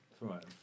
right